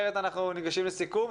אחרת אנחנו ניגשים לסיכום.